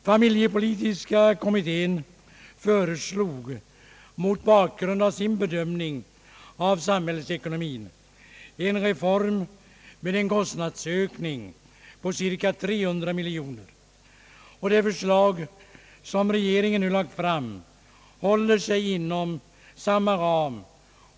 Familjepolitiska kommitténs förslag mot bakgrunden av sin bedömning av samhällsekonomin innebär en reform med en kostnadsökning på cirka 300 miljoner kronor. Det förslag som regeringen nu lagt fram håller sig inom samma ram.